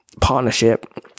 partnership